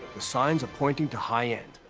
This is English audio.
the signs are pointing to high end,